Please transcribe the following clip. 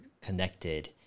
connected